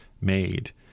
made